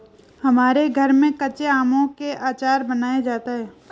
हमारे घर में कच्चे आमों से आचार बनाया जाता है